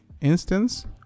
instance